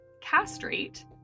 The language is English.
castrate